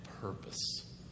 purpose